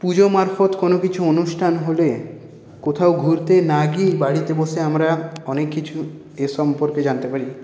পুজো মারফৎ কোনো কিছু অনুষ্ঠান হলে কোথাও ঘুরতে না গিয়ে বাড়িতে বসে আমরা অনেক কিছু এ সম্পর্কে জানতে পারি